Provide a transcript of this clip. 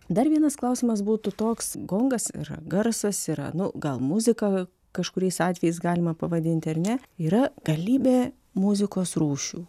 dar vienas klausimas būtų toks gongas ir garsas yra nu gal muzika kažkuriais atvejais galima pavadinti ar ne yra galybė muzikos rūšių